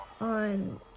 on